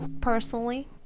personally